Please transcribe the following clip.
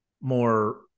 more